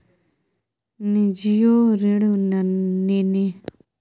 निजीयो ऋण नेनहार लोक सब केँ सेहो सरकारी ऋण माफी बला सुविधा देल जाइ छै